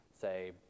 say